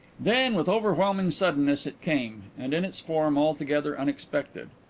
then, with overwhelming suddenness, it came, and in its form altogether unexpected.